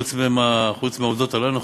חוץ מהעובדות הלא-נכונות,